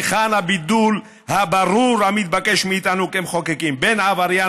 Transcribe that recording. היכן הבידול הברור המתבקש מאיתנו כמחוקקים בין עבריין